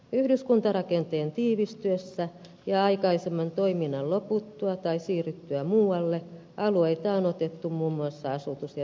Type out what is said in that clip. yhdyskuntarakenteen tiivistyessä ja aikaisemman toiminnan loputtua tai siirryttyä muualle alueita on otettu muun muassa asutus ja virkistyskäyttöön